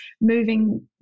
moving